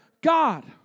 God